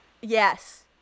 Yes